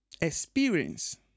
experience